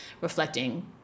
reflecting